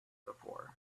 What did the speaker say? before